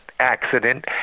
Accident